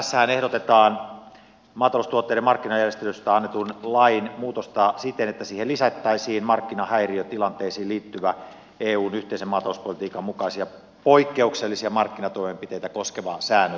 tässähän ehdotetaan maataloustuotteiden markkinajärjestelystä annetun lain muutosta siten että siihen lisättäisiin markkinahäiriötilanteisiin liittyvä eun yhteisen maatalouspolitiikan mukaisia poikkeuksellisia markkinatoimenpiteitä koskeva säännös